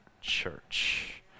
church